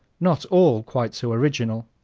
not all quite so original.